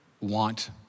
want